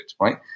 right